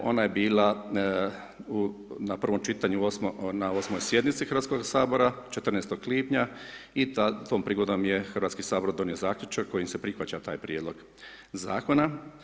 2014 ona je bila u na prvom čitanju na 8. sjednici Hrvatskog sabora 14. lipnja i tom prigodom je Hrvatski sabor donio zaključak kojim se prihvaća taj prijedlog zakona.